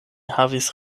havis